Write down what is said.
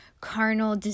carnal